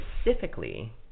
specifically